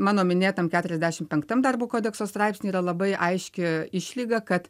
mano minėtam keturiasdešim penktam darbo kodekso straipsny yra labai aiški išlyga kad